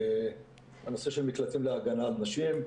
הנושא של מקלטים להגנה על נשים,